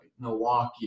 Milwaukee